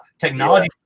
Technology